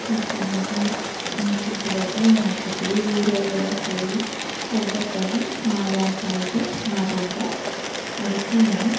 ಚೆನ್ನಾಗಿ ಶುದ್ಧವಾಗಿ ಮಾಡ್ಕೊತಿವಿ ಊರವರೆಲ್ಲ ಸೇರಿ ಒಗ್ಗಟ್ಟಾಗಿ ಮಾಡೋ ಹಬ್ಬ ಇದು ಮಾರಿ ಹಬ್ಬ ಅದಕ್ಕೆ ನಾವು